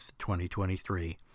2023